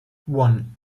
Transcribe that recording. one